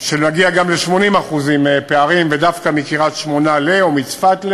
עד ל-80% פערים, ודווקא מקריית-שמונה, או מצפת,